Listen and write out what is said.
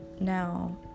now